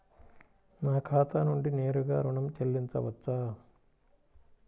నా ఖాతా నుండి నేరుగా ఋణం చెల్లించవచ్చా?